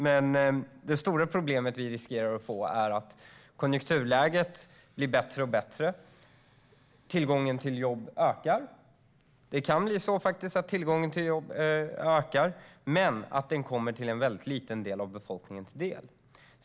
Men det stora problemet vi löper risk att få är att konjunkturläget blir bättre och bättre och att tillgången till jobb ökar - det kan faktiskt bli så att tillgången till jobb ökar - men att detta kommer en väldigt liten del av befolkningen till del.